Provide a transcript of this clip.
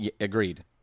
agreed